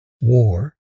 war